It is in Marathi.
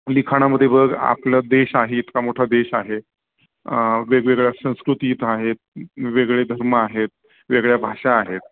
लिखाणामध्ये बघ आपलं देश आहे इतका मोठा देश आहे वेगवेगळ्या संस्कृती इथं आहेत वेगळे धर्म आहेत वेगळ्या भाषा आहेत